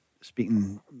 speaking